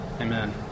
Amen